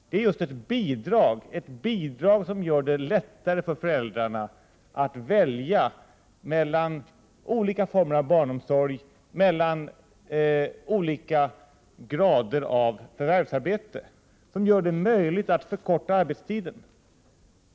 Det är just ett bidrag, som gör det lättare för föräldrarna att välja mellan olika former av barnomsorg, mellan olika grader av förvärvsarbete, som gör det möjligt att förkorta arbetstiden.